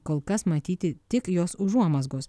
kol kas matyti tik jos užuomazgos